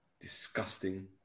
disgusting